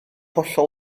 hollol